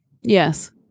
Yes